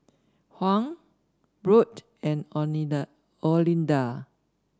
Hung Brent and Olinda Olinda